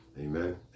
Amen